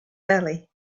belly